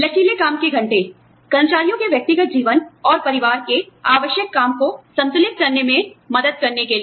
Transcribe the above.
लचीले काम के घंटे कर्मचारियों के व्यक्तिगत जीवन और परिवार के आवश्यक काम को संतुलित करने में मदद करने के लिए